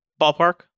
Ballpark